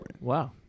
wow